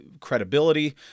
credibility